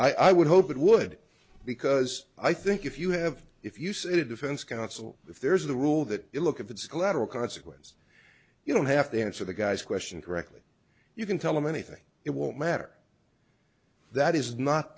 i i would hope it would because i think if you have if you sit defense counsel if there's a rule that you look at that school lateral consequence you don't have to answer the guy's question correctly you can tell him anything it won't matter that is not